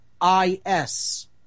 I-S